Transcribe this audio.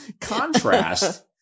contrast